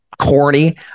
corny